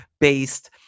based